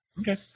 Okay